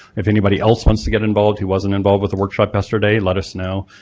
if anybody else wants to get involved who wasn't involved with the workshop yesterday let us know.